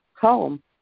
home